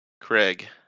Craig